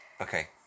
okay